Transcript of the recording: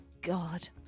God